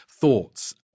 thoughts